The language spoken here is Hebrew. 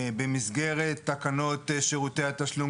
במסגרת תקנות שירותי התשלום,